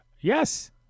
Yes